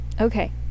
Okay